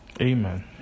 Amen